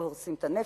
הורסים את הנפש,